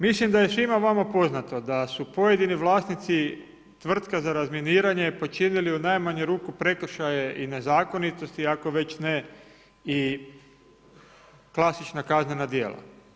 Mislim da je svima vama poznato da su pojedini vlasnici tvrtka za razminiranje počinili u najmanju ruku prekršaje i nezakonitosti ako već ne i klasična kaznena djela.